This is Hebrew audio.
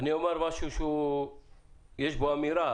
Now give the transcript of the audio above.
אני אומר משהו שיש בו אמירה,